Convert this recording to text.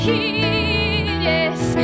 Yes